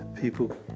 people